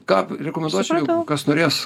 ką rekomenduočiau jeigu kas norės